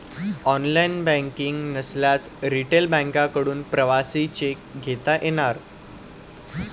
online banking नसल्यास retail बँकांकडून प्रवासी चेक घेता येणार